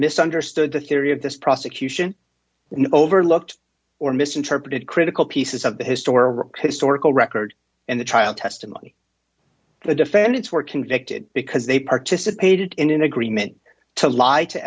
misunderstood the theory of this prosecution and overlooked or misinterpreted critical pieces of the historic historical record and the trial testimony the defendants were convicted because they participated in an agreement to lie to